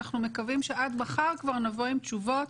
אנחנו מקווים שעד מחר כבר נבוא עם תשובות.